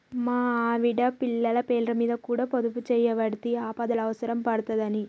మా ఆవిడ, పిల్లల పేర్లమీద కూడ పొదుపుజేయవడ్తి, ఆపదల అవుసరం పడ్తదని